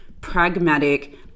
pragmatic